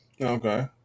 Okay